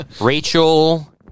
Rachel